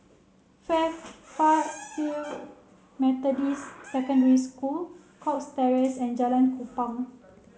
fair far field Methodist Secondary School Cox Terrace and Jalan Kupang